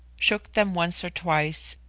shook them once or twice,